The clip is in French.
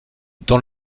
dans